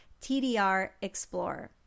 TDRExplorer